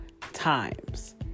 times